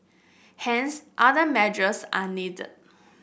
hence other measures are needed